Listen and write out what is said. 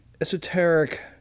esoteric